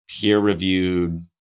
peer-reviewed